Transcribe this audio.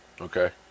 Okay